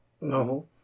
No